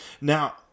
Now